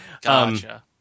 Gotcha